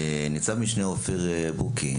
ניצב משנה אופיר בוקי,